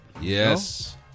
Yes